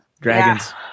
Dragons